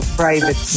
private